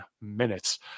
minutes